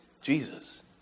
Jesus